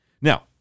Now